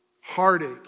heartache